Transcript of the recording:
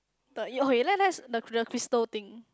the you okay let's let's the the crystal thing